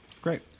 Great